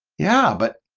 yeah but